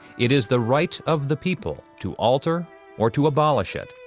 it is the right of the people to alter or to abolish it,